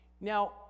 Now